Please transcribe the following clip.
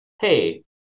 Hey